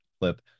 clip